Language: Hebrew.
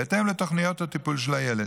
בהתאם לתוכנית הטיפול של הילד.